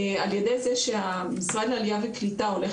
על ידי זה שהמשרד לעלייה וקליטה הולך